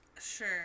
Sure